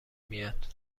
میاد